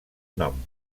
nom